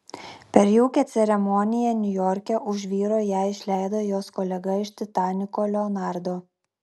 per jaukią ceremoniją niujorke už vyro ją išleido jos kolega iš titaniko leonardo